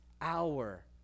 hour